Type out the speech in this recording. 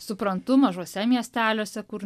suprantu mažuose miesteliuose kur